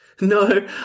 No